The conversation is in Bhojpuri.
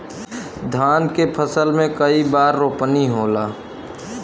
धान के फसल मे कई बार रोपनी होला?